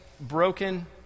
broken